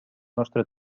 nostre